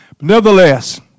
Nevertheless